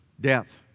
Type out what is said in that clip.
death